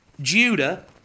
Judah